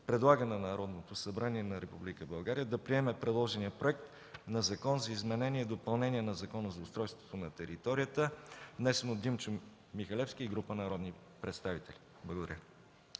предлага на Народното събрание на Република България да приеме предложения Законопроект за изменение и допълнение на Закона за устройство на територията, внесен от Димчо Михалевски и група народни представители.” Благодаря.